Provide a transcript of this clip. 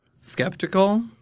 skeptical